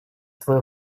твое